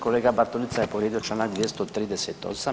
Kolega Bartulica je povrijedio članak 238.